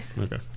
Okay